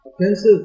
offensive